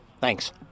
Thanks